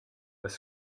was